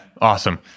Awesome